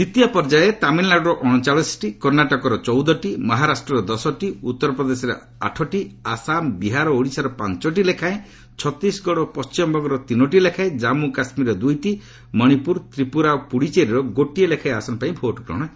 ଦ୍ୱିତୀୟ ପର୍ଯ୍ୟାୟରେ ତାମିଲ୍ନାଡ଼ୁର ଅଣଚାଳିଶଟି କର୍ଣ୍ଣାଟକର ଚଉଦଟି ମହାରାଷ୍ଟ୍ରର ଦଶଟି ଉତ୍ତର ପ୍ରଦେଶର ଆଠଟି ଆସାମ ବିହାର ଓ ଓଡ଼ିଶାର ପାଞ୍ଚଟି ଲେଖାଏଁ ଛତିଶଗଡ଼ ଓ ପଣ୍ଟିମବଙ୍ଗର ତିନୋଟି ଲେଖାଏଁ ଜନ୍ମୁ କାଶ୍ମୀରର ଦୁଇଟି ମଣିପୁର ତ୍ରିପୁରା ଓ ପୁଦୁଚେରୀରେ ଗୋଟିଏ ଲେଖାଏଁ ଆସନପାଇଁ ଭୋଟ୍ଗ୍ରହଣ ହେବ